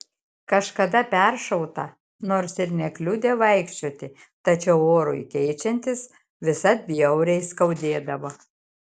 kažkada peršauta nors ir nekliudė vaikščioti tačiau orui keičiantis visad bjauriai skaudėdavo